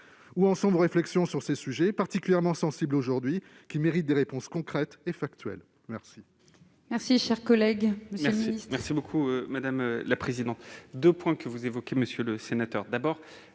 où en sont vos réflexions sur ces sujets particulièrement sensibles, qui méritent des réponses concrètes et factuelles ? La